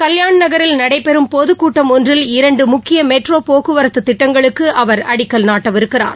கல்யாண் நகரில் நடைபெறும் பொதுக்கூட்டம் ஒன்றில் இரண்டு முக்கிய மெட்ரோ போக்குவரத்து திட்டங்களுக்கு அவர் அடிக்கல் நாட்டவிருக்கிறார்